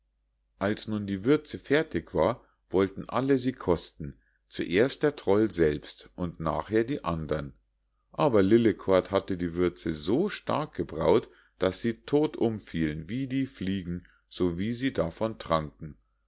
als nun die würze fertig war wollten alle sie kosten zuerst der troll selbst und nachher die andern aber lillekort hatte die würze so stark gebrau't daß sie todt umfielen wie die fliegen sowie sie davon tranken